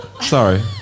Sorry